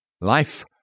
life